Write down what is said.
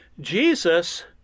Jesus